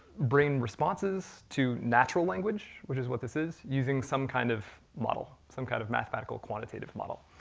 bring responses to natural language, which is what this is, using some kind of model, some kind of mathematical quantitative model.